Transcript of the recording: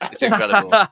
Incredible